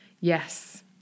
Yes